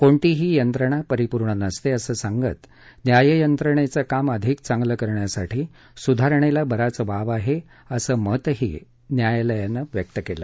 कोणतीही यंत्रणा परिपूर्ण नसते असं सांगत न्याययंत्रणेचं काम अधिक चांगलं करण्यासाठी सुधारणेला बराच वाव आहे असं मतही न्यायालयानं व्यक्त केलं